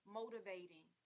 motivating